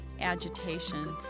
agitation